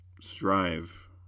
strive